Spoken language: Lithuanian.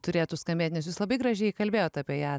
turėtų skambėt nes jūs labai gražiai kalbėjot apie ją